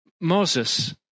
Moses